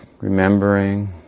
remembering